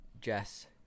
Jess